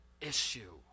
issue